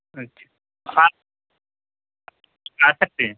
اچھا ہاں آ سکتے ہیں